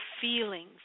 feelings